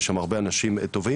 יש שם הרבה אנשים טובים.